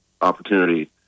opportunity